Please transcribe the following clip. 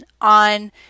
on